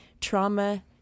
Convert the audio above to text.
Trauma